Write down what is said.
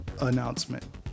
announcement